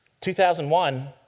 2001